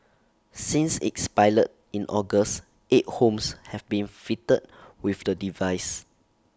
since its pilot in August eight homes have been fitted with the device